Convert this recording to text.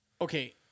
Okay